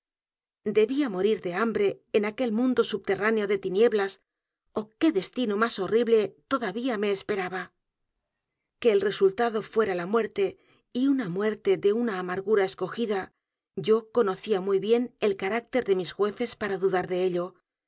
debía morir de h a m b r e en aquel mundo subterráneo de tinieblas ó qué destino más horrible todavía me esperaba que el resultado fuera la muerte y una muerte de una a m a r g u r a escogida yo conocía muy bien el carácter de misjueces para dudar de ello